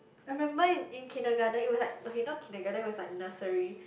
I remember in in kindergarten it was like okay not kindergarten it was like nursery